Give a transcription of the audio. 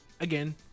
again